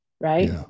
right